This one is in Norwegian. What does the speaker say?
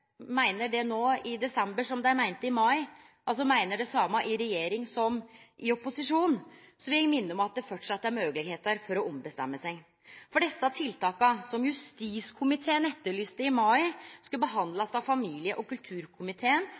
meiner det no i desember som dei meinte i mai – altså det same i regjering som i opposisjon – vil eg minne om at det framleis er moglegheiter for å ombestemme seg. Desse tiltaka, som justiskomiteen etterlyste i mai, skal behandlast av familie- og kulturkomiteen